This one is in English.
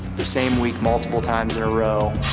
the same week, multiple times in a row,